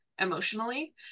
emotionally